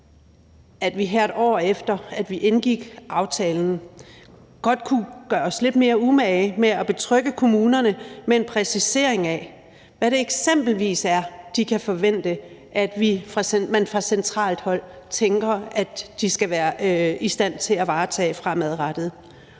at vi, her et år efter at vi indgik aftalen, kunne gøre os lidt mere umage med at betrygge kommunerne med en præcisering af, hvad det eksempelvis er, de kan forvente at man fra centralt hold tænker de skal være i stand til at varetage fremadrettet.